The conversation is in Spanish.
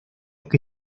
que